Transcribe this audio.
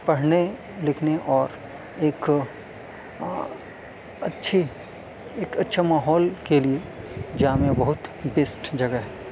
پڑھنے لکھنے اور ایک اچھی ایک اچھا ماحول کے لیے جامعہ بہت بیسٹ جگہ ہے